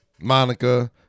Monica